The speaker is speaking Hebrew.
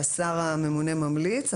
שהשר הממונה ממליץ,